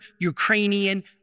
ukrainian